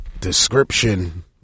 description